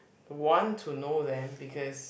want to know them because